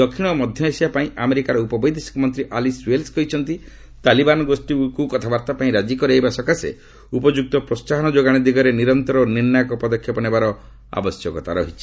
ଦକ୍ଷିଣ ଓ ମଧ୍ୟ ଏସିଆ ପାଇଁ ଆମେରିକାର ଉପ ବୈଦେଶିକ ମନ୍ତ୍ରୀ ଆଲିସ୍ ଓ୍ବେଲ୍ସ କହିଛନ୍ତି ତାଲିବାନ ଗୋଷୀକୁ କଥାବାର୍ତ୍ତା ପାଇଁ ରାଜି କରାଇବା ସକାଶେ ଉପଯୁକ୍ତ ପ୍ରୋସାହନ ଯୋଗାଣ ଦିଗରେ ନିରନ୍ତର ଓ ନିର୍ଣ୍ଣାୟକ ପଦକ୍ଷେପ ନେବାର ଆବଶ୍ୟକତା ରହିଛି